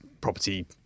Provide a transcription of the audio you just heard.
property